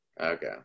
Okay